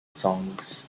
songs